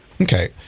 Okay